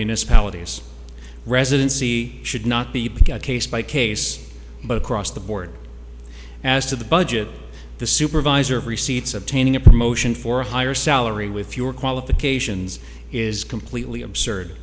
municipalities residency should not be a case by case but across the board as to the budget the supervisor of receipts obtaining a promotion for a higher salary with fewer qualifications is completely absurd